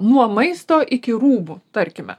nuo maisto iki rūbų tarkime